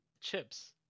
chips